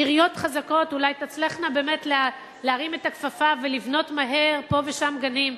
עיריות חזקות אולי תצלחנה באמת להרים את הכפפה ולבנות מהר פה ושם גנים,